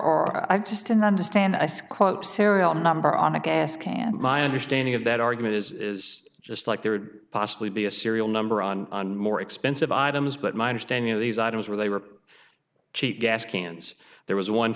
i just didn't understand ice quote serial number on a gas can my understanding of that argument is just like there possibly be a serial number on more expensive items but my understanding of these items were they were cheap gas cans there was one